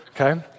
okay